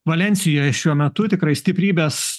valensijoj šiuo metu tikrai stiprybės